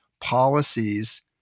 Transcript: policies